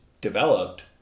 developed